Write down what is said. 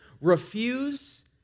refuse